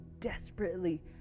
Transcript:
desperately